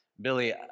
Billy